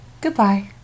Goodbye